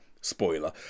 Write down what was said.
Spoiler